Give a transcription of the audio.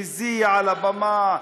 מזיע על הבמה,